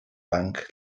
banc